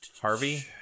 Harvey